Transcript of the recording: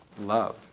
love